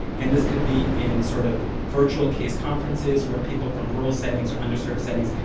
and this could be in, sort of, virtual case conferences, where people from rural settings or underserved settings,